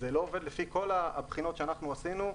זה לא עובד לפי כל הבחינות שאנחנו עשינו.